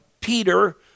Peter